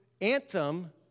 Anthem